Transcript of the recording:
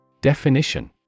Definition